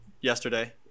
yesterday